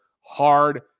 Hard